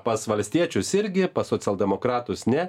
pas valstiečius irgi pas socialdemokratus ne